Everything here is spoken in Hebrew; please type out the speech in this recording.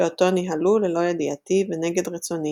שאותו ניהלו ללא ידיעתי ונגד רצוני,